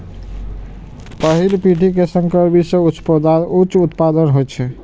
पहिल पीढ़ी के संकर बीज सं उच्च उत्पादन होइ छै